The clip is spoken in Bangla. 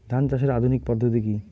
ধান চাষের আধুনিক পদ্ধতি কি?